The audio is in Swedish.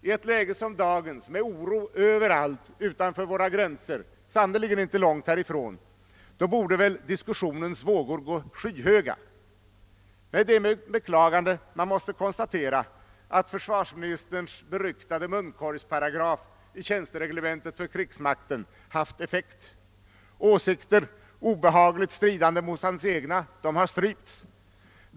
I ett läge som dagens med oro överallt utanför våra gränser och sannerligen inte långt härifrån borde väl diskussionens vågor gå skyhöga. Därför måste man med beklagande konstatera att försvarsminis terns beryktade munkorgsparagraf i tjänstereglementet för krigsmakten haft effekt. Åsikter som varit obehagligt stridande mot hans egna har strypts tillsammans med hela debattlusten.